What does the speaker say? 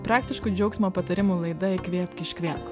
praktiškų džiaugsmo patarimų laida įkvėpk iškvėpk